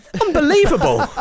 Unbelievable